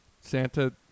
Santa